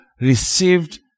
received